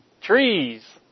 trees